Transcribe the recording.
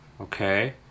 okay